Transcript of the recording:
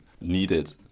needed